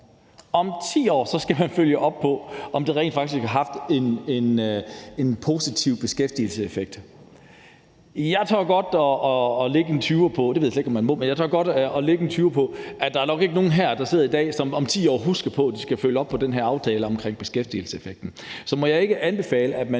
om 10 år skal følge op på, om det rent faktisk har haft en positiv beskæftigelseseffekt. Jeg ved slet ikke, om man må det, men jeg tør godt lægge en tyver på, at der nok ikke er nogen, der sidder her i dag, som om 10 år husker, at de skal følge op på den her aftale om beskæftigelseseffekten. Så må jeg ikke anbefale, at man